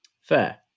Fair